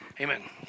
Amen